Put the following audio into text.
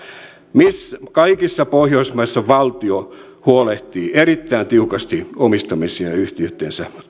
kaikissa pohjoismaissa valtio huolehtii erittäin tiukasti omistamiensa yhtiöitten